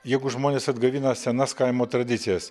jeigu žmonės atgaivina senas kaimo tradicijas